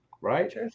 right